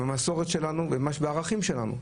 בשורשים שלנו במסורת ובערכים שלנו.